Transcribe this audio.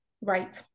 Right